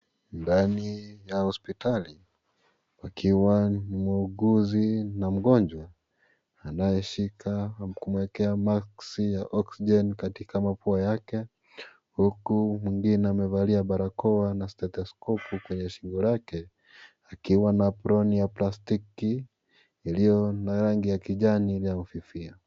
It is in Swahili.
Ndani ya hospitali pakiwa muuguzi na mgonjwa anayeshika na kumwekea maski ya (CS)oxygen(CS )katika mapua yake huku mwingine amevalia barakoa na steteskopu kwenye shingo lake zikiwa na aproni ya plastiki ikiwa na rangi ya kijani inayofifia.